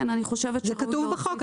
זה כתוב בחוק.